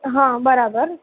હં બરાબર